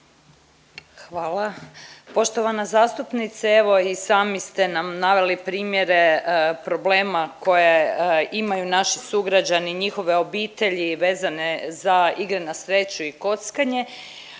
Hvala. Poštovana zastupnice, evo i sami ste nam naveli primjere problema koje imaju naši sugrađani i njihove obitelji vezane za igre na sreću i kockanje,